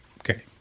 Okay